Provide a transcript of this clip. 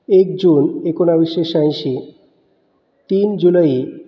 एक जून एकोणवीसशे शह्यांऐंशी तीन जुलै